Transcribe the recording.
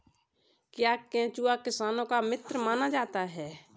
क्या केंचुआ किसानों का मित्र माना जाता है?